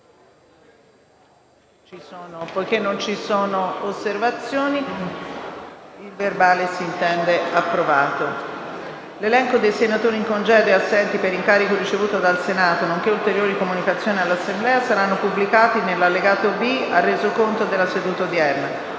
"Il link apre una nuova finestra"). L'elenco dei senatori in congedo e assenti per incarico ricevuto dal Senato, nonché ulteriori comunicazioni all'Assemblea saranno pubblicati nell'allegato B al Resoconto della seduta odierna.